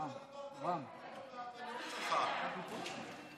רם, למה לא דיברת על הליכוד בנאום שלך?